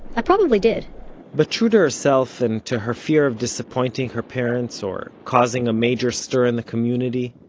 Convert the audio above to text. i probably did but true to herself, and to her fear of disappointing her parents, or causing a major stir in the community,